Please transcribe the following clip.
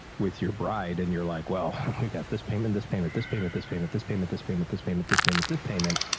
with your bride and you're like, well, we got this payment, this payment, this payment, this payment, this payment, this payment, this payment, this payment, this payment,